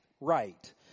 right